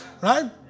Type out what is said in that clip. right